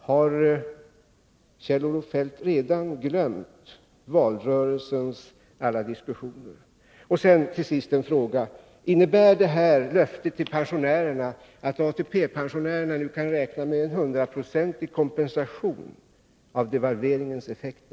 Har Kjell-Olof Feldt redan glömt valrörelsens alla diskussioner? Till sist en fråga: Innebär löftet till pensionärerna att ATP-pensionärerna nu kan räkna med en hundraprocentig kompensation för devalveringens effekter?